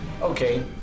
Okay